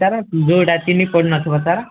sir ଯୋଉଡ଼ା ଚିନି ପଡ଼ିନଥିବ ସାର୍